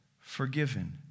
forgiven